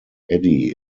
eddie